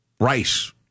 rice